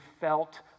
felt